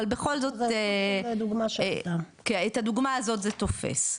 אבל בכל זאת את הדוגמה הזאת זה תופס.